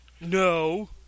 No